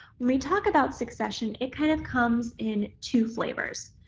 we talked about succession it kind of comes in two flavors.